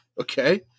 Okay